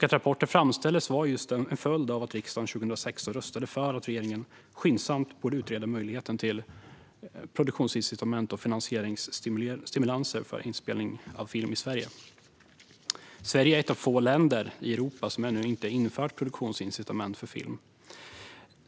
Att rapporten framställdes var en följd av att riksdagen 2016 röstade för att regeringen skyndsamt borde utreda möjligheten till produktionsincitament och finansieringsstimulanser för inspelning av film i Sverige. Sverige är ett av få länder i Europa som ännu inte har infört produktionsincitament för film.